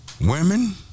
women